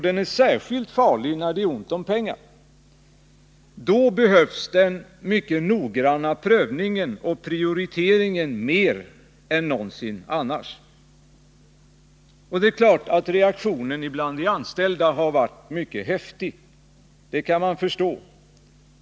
Den är särskilt farlig när det är ont om pengar. Då behövs den noggranna prövningen och prioriteringen mer än någonsin annars. Reaktionen bland de anställda vid SJ har blivit häftig. Det kan man förstå.